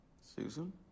Susan